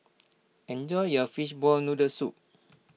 enjoy your Fishball Noodle Soup